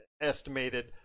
estimated